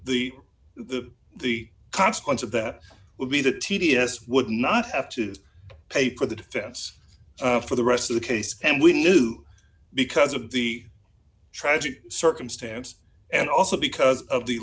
the the the consequence of that would be that t d s would not have to pay for the defense for the rest of the case and we knew because of the tragic circumstance and also because of the